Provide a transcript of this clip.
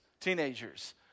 teenagers